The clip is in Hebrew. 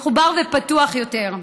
ופתוח יותר.